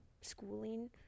schooling